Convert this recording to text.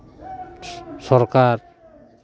ᱥᱚᱨᱠᱟᱨ